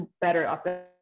better